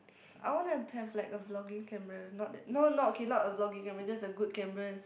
I want to have like a vlogging camera not that not not okay not a vlogging camera just a good cameras